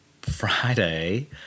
Friday